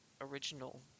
original